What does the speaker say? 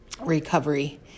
recovery